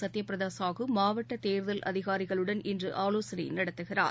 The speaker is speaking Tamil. சத்யப்பிரதா சாஹூ மாவட்ட தேர்தல் அதிகாரிகளுடன் இன்று ஆவோசனை நடத்துகிறார்